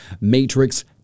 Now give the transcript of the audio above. matrix